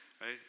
right